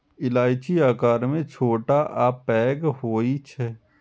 इलायची आकार मे छोट आ पैघ होइ छै